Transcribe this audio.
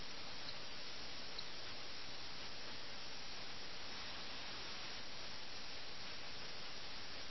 അതിനാൽ ഈ രണ്ട് പ്രഭുക്കന്മാരെയും അവരുടെ വീട്ടിൽ നിന്ന് ഒഴിവാക്കാനുള്ള രസകരമായ ഒരു മാർഗമാണിത് ഈ നിർദ്ദിഷ്ട കഥയിലെ വേദി മറ്റൊരു സ്ഥലത്തേക്ക് മാറ്റുന്നു